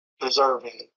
preserving